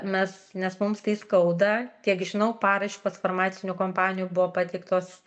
nes nes mums tai skauda tiek žinau paraiškos farmacinių kompanijų buvo pateiktos